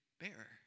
bearer